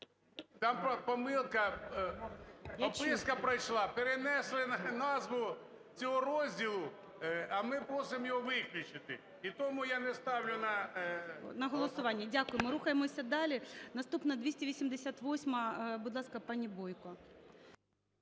там помилка, описка пройшла, перенесли назву цього розділу, а ми просимо його виключити. І тому я не ставлю на… ГОЛОВУЮЧИЙ. На голосування. Дякую. Рухаємося далі. Наступна – 288-а. Будь ласка, пані Бойко.